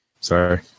Sorry